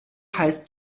has